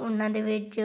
ਉਹਨਾਂ ਦੇ ਵਿੱਚ